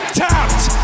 tapped